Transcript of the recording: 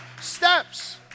steps